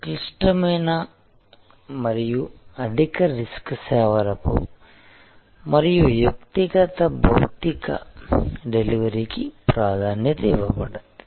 సంక్లిష్టమైన మరియు అధిక రిస్క్ సేవలకు మరియు వ్యక్తిగత భౌతిక డెలివరీకి ప్రాధాన్యత ఇవ్వబడింది